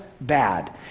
bad